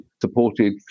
supported